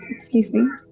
excuse me.